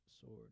sword